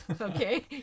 Okay